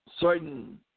Certain